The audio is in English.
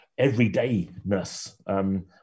everydayness